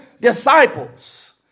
disciples